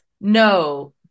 No